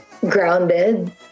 grounded